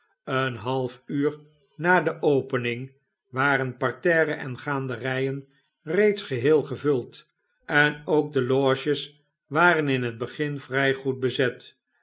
een half uur na de opening waren parterre en gaanderijen reeds geheel gevuld en ook de loges waren in het begin vrij goed bezet